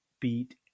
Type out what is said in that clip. beat